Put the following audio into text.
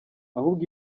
ahubwo